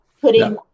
putting